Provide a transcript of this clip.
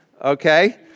Okay